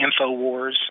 InfoWars